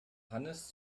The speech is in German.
hannes